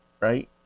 right